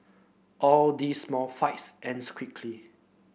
all these small fights ends quickly